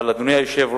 אבל, אדוני היושב-ראש,